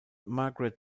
margaret